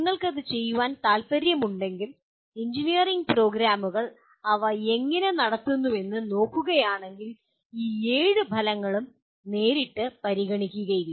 നിങ്ങൾക്കത് ചെയ്യാൻ താൽപ്പര്യമുണ്ടെങ്കിൽ എഞ്ചിനീയറിംഗ് പ്രോഗ്രാമുകൾ അവ എങ്ങനെ നടത്തുന്നുവെന്ന് നോക്കുകയാണെങ്കിൽ ഈ ഏഴ് ഫലങ്ങളും നേരിട്ട് പരിഗണിക്കില്ല